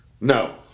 No